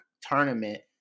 tournament